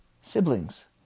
siblings